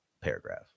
paragraph